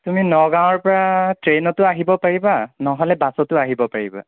তুমি নগাওঁৰ পৰা ট্ৰেইনটো আহিব পাৰিবা নহ'লে বাছটো আহিব পাৰিবা